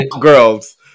girls